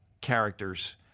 characters